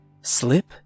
slip